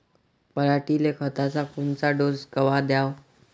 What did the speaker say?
पऱ्हाटीले खताचा कोनचा डोस कवा द्याव?